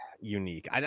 unique